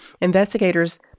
Investigators